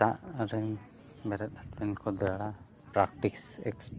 ᱥᱮᱛᱟᱜ ᱨᱮ ᱵᱮᱨᱮᱫ ᱠᱟᱛᱮᱫ ᱠᱚ ᱫᱟᱹᱲᱟ ᱯᱨᱟᱠᱴᱤᱥ ᱥᱮᱠᱴ